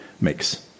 makes